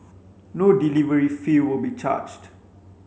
no delivery fee will be charged